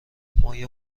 مایه